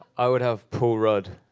i would have paul rudd,